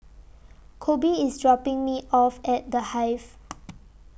Kobe IS dropping Me off At The Hive